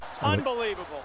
Unbelievable